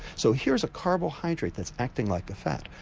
so here's a carbohydrate that's acting like a fat.